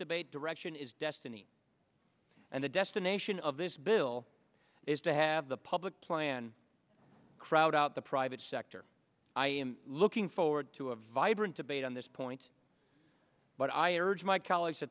debate direction is destiny and the destination of this bill is to have the public plan crowd out the private sector i am looking forward to a vibrant debate on this point but i urge my colleagues to